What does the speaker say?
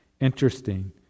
Interesting